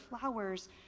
flowers